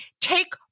Take